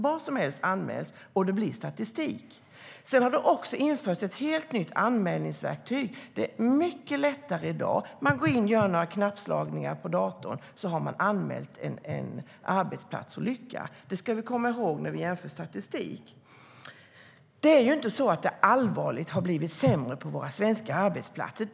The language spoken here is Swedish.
Vad som helst anmäls, och det blir statistik. Det har också införts ett helt nytt anmälningsverktyg, så det är mycket lättare att göra anmälningar i dag. Man går in och gör några knapptryckningar på datorn, och så har man anmält en arbetsplatsolycka. Det ska vi komma ihåg när vi jämför statistik. Det är inte så att det allvarligt har blivit sämre på våra svenska arbetsplatser.